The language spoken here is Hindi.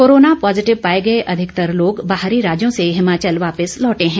कोरोना पॉजीटिव पाए गए अधिकतर लोग बाहरी राज्यों से हिमाचल वापस लौटे हैं